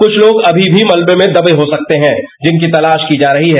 कुछ लोग अभी भी मलबे में दबे हो सकते हैं जिनकी तलाश की जा रही है